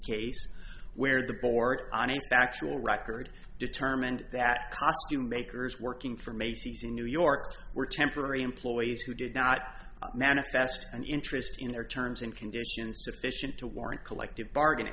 case where the board on a factual record determined that costume bakers working for macy's in new york were temporary employees who did not manifest an interest in their terms and conditions sufficient to warrant collective bargaining